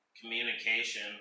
communication